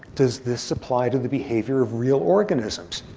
does this apply to the behavior of real organisms?